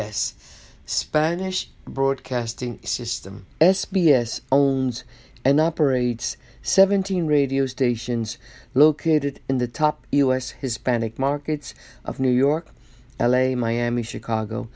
s spanish broadcasting system s b s owns and operates seventeen radio stations located in the top u s hispanic markets of new york l a miami chicago